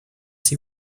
see